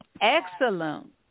excellent